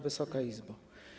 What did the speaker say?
Wysoka Izbo!